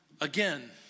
Again